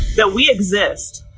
that we exist,